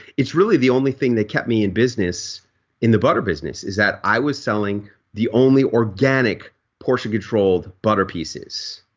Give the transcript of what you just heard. it's really the only thing that kept me in business in the butter business is that i was selling the only organic portion controlled butter pieces.